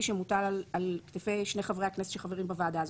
שמוטל על כתפי שני חברי הכנסת שחברים בוועדה הזאת.